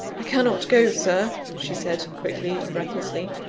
i cannot go, sir, she said quickly and breathlessly.